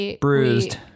Bruised